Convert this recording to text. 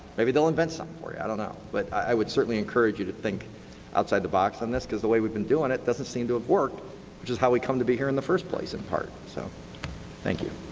maybe they'll invent something for you. i don't know but i would certainly encourage you to think outside the box on this because the way we've been doing it doesn't seem to have ah worked which is how we come to be here in the first place in part. so thank you.